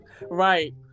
Right